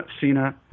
Cena